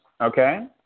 okay